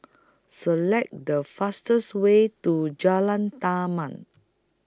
Select The fastest Way to Jalan Taman